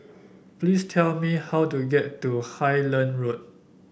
please tell me how to get to Highland Road